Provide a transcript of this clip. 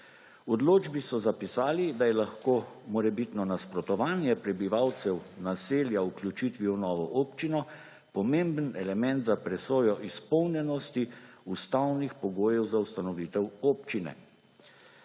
odločbi so zapisali, da je lahko morebitno nasprotovanje prebivalcev naselja o vključitvi v novo občino pomemben element za presojo izpolnjenosti ustavnih pogojev za ustanovitev občine.